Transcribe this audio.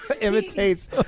imitates